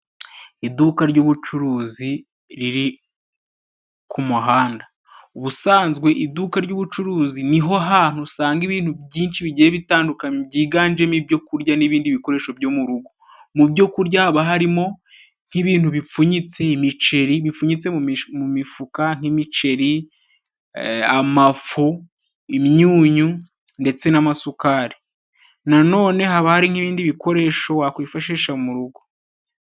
Iduka ry'ubucuruzi riri ku muhanda. Ubusanzwe iduka ry'ubucuruzi ni ho hantu usanga ibintu byinshi bigiye bitandukanye, byiganjemo ibyo kurya n'ibindi bikoresho byo mu rugo. Mu byo kurya haba harimo nk'ibintu bipfunyitse imiceri, bipfunyitse mu mifuka nk'imiceri, amafu, imyunyu ndetse n'amasukari. Na none haba hari n'ibindi bikoresho wakwifashisha mu rugo.